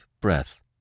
breath